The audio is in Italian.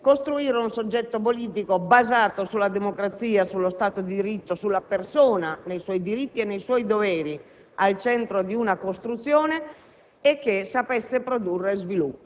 I nostri padri e le nostre madri fondatori hanno pensato, nell'idea della comunità, ad un qualcosa che sapesse evitare le guerre tra di noi,